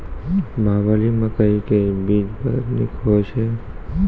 बाहुबली मकई के बीज बैर निक होई छै